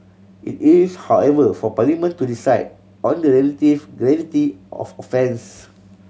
it is however for Parliament to decide on the relative gravity of offence